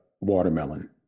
watermelon